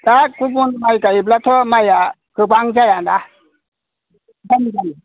दा गुबुन माइ गायोब्लाथ' माइआ गोबां जायाना बेनिखायनो गायो